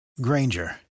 Granger